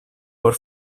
por